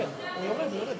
אין בסיס לאמון בנושא המדיני?